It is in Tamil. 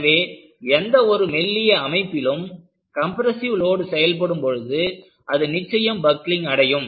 எனவே எந்த ஒரு மெல்லிய அமைப்பிலும் கம்ப்ரெஸ்ஸிவ் லோடு செயல்படும் பொழுது அது நிச்சயம் பக்லிங் அடையும்